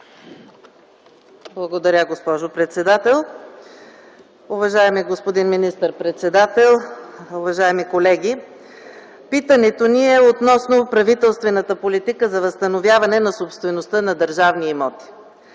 Благодаря, госпожо председател. Уважаеми господин министър-председател, уважаеми колеги! Питането ни е относно правителствената политика за възстановяване на собствеността на държавни имоти.